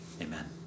amen